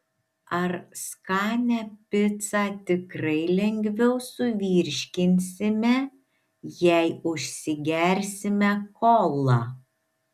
ar skanią picą tikrai lengviau suvirškinsime jei užsigersime kola